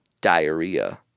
diarrhea